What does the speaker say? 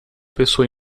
pessoa